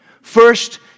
First